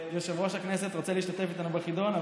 יושב-ראש הכנסת רוצה להשתתף איתנו בחידון,